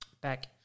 back